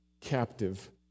captive